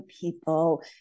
people